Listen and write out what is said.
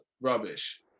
rubbish